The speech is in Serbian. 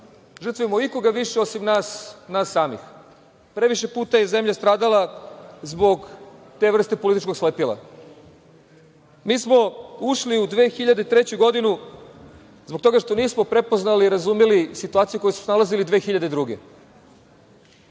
žrtvujemo ikoga više osim nas samih. Previše puta je zemlja stradala zbog te vrste političkog slepila. Mi smo ušli u 2003. godinu zbog toga što nismo prepoznali i razumeli situaciju u kojoj smo se nalazili 2002.